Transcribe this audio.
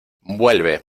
vuelve